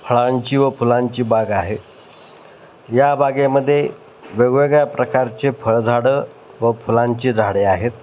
फळांची व फुलांची बाग आहे या बागेमध्ये वेगवेगळ्या प्रकारचे फळ झाडं व फुलांचे झाडे आहेत